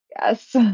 Yes